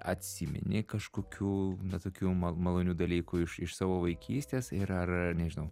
atsimeni kažkokių na tokių ma malonių dalykų iš iš savo vaikystės ir ar nežinau